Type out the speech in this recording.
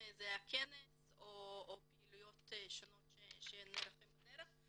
בכנס או בפעילויות שונות שנערכות בדרך.